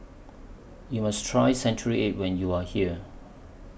YOU must Try Century Egg when YOU Are here